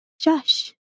Josh